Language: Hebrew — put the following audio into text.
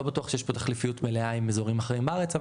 בטוח שיש פה תחליפיות מלאה עם אזורים אחרים בארץ.